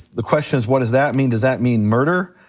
the question is what does that mean, does that mean murder?